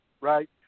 right